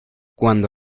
cuando